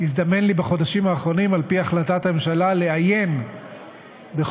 הזדמן לי בחודשים האחרונים על-פי החלטת הממשלה לעיין בכל